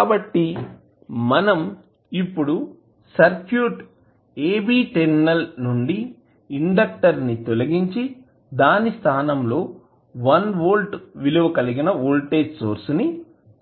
కాబట్టి మనం ఇప్పుడు సర్క్యూట్ AB టెర్మినల్ నుండి ఇండెక్టర్ ని తొలగించి దాని స్థానంలో 1 వోల్ట్ విలువ కలిగిన వోల్టేజ్ సోర్స్ ని